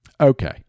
Okay